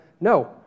no